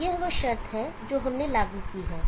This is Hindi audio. तो यह वह शर्त है जो हमने लागू की है